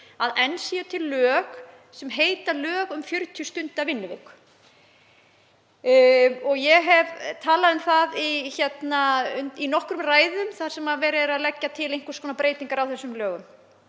að enn séu til lög sem heita lög um 40 stunda vinnuviku. Ég hef talað um það í nokkrum ræðum þar sem verið er að leggja til einhverjar breytingar á þessum lögum.